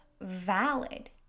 valid